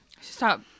Stop